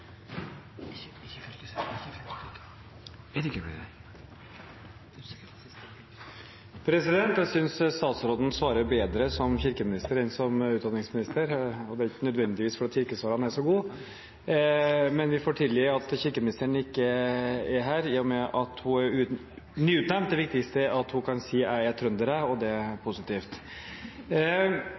er ikke nødvendigvis fordi kirkesvarene er så gode. Men vi får tilgi at kirkeministeren ikke er her, i og med at hun er nyutnevnt. Det viktigste er at hun kan si «æ e trønder æ» – og det er positivt.